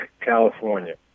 California